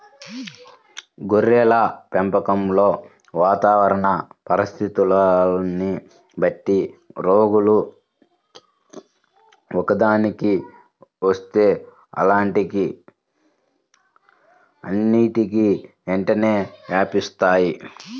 గొర్రెల పెంపకంలో వాతావరణ పరిస్థితులని బట్టి రోగాలు ఒక్కదానికి వస్తే అన్నిటికీ వెంటనే వ్యాపిస్తాయి